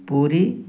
Puri